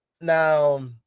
Now